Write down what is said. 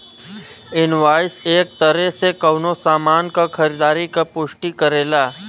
invoice एक तरे से कउनो सामान क खरीदारी क पुष्टि करेला